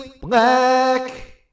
Black